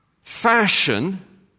fashion